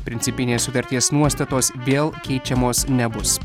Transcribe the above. principinės sutarties nuostatos vėl keičiamos nebus